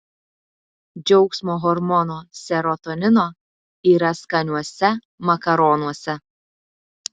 džiaugsmo hormono serotonino yra skaniuose makaronuose